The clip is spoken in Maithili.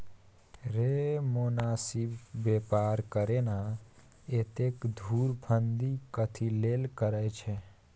रे मोनासिब बेपार करे ना, एतेक धुरफंदी कथी लेल करय छैं?